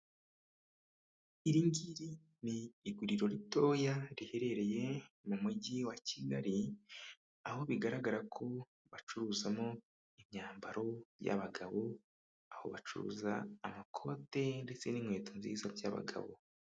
Iri ngiri ni iguriro ritoya riherereye mu mujyi wa Kigali, aho bigaragara ko bacuruzamo imyambaro y'abagabo, aho bacuruza amakote ndetse n'inkweto nziza by'abagabo.